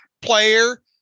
player